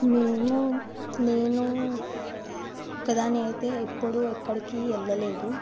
మేము నేను ఒక్క దాన్ని అయితే ఎప్పుడు ఎక్కడికి వెళ్ళలేదు